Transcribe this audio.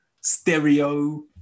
stereo